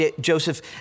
Joseph